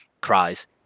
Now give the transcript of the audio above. cries